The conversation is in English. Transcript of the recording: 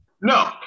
No